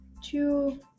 two